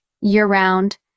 year-round